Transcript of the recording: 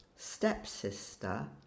stepsister